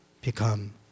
become